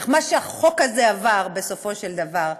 אך מה שהחוק הזה עבר, בסופו של דבר,